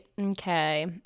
Okay